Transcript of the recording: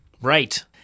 Right